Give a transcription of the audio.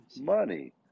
money